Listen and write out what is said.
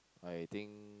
I think